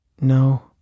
No